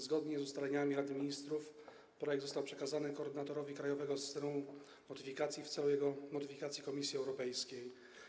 Zgodnie z ustaleniami Rady Ministrów projekt został przekazany koordynatorowi krajowego systemu notyfikacji w celu jego notyfikacji Komisji Europejskiej.